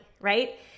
right